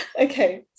Okay